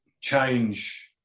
change